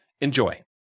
Enjoy